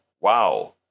Wow